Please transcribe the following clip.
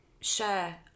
share